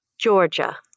Georgia